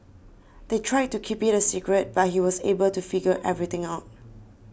they tried to keep it a secret but he was able to figure everything out